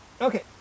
Okay